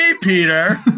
Peter